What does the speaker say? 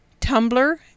Tumblr